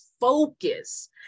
focus